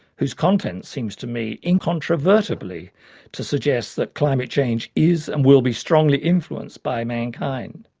whose content seems to me incontrovertibly to suggest that climate change is and will be strongly influenced by mankind,